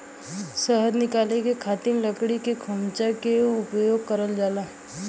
शहद निकाले खातिर लकड़ी के खोमचा के उपयोग करल जाला